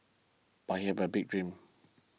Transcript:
but he have a big dream